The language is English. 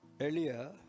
Earlier